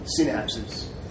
synapses